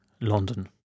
London